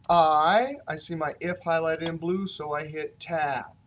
i see my if highlighted in blue so i hit tab.